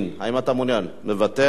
מוותר.